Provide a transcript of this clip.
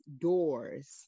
doors